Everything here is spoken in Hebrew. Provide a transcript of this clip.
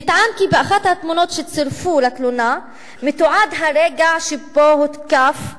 נטען כי באחת התמונות שצירפו לתלונה מתועד הרגע שבו הותקף אזרח,